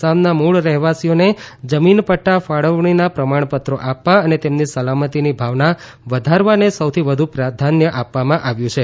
આસામના મુળ રહેવાસીઓને જમીન પદા ફાળવણીના પ્રમાણપત્રો આપવા અને તેમની સલામતીની ભાવના વધારવાને સૌથી વધુ પ્રાધાન્ય આપવામાં આવ્યું છે